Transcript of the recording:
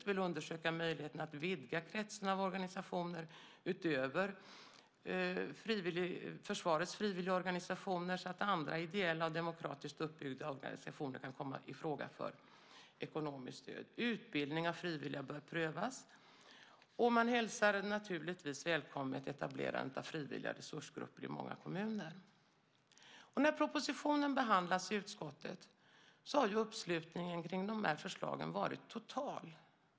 Man vill undersöka möjligheten att vidga kretsen av organisationer, utöver försvarets frivilligorganisationer, så att andra ideella och demokratiskt uppbyggda organisationer kan komma i fråga för ekonomiskt stöd. Utbildning av frivilliga bör prövas. Man välkomnar naturligtvis etablerandet av frivilliga resursgrupper i många kommuner. När propositionen behandlades i utskottet var uppslutningen kring de här förslagen total.